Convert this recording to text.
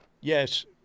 Yes